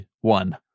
one